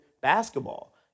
basketball